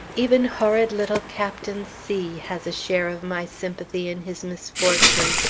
even horrid little captain c has a share of my sympathy in his misfortune!